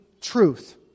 truth